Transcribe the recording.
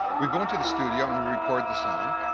we go into the studio and we record the song,